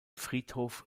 friedhof